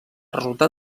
resultat